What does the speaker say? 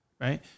Right